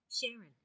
Sharon